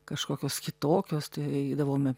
kažkokios kitokios tai eidavome